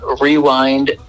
Rewind